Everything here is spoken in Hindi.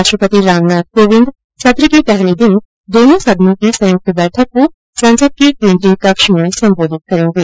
राष्ट्रपति राम नाथ कोविंद सत्र के पहले दिन दोनों सदनों की संयुक्त बैठक को संसद के केन्द्रीय कक्ष में संबोधित करेंगे